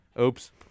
Oops